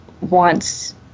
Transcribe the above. wants